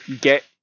get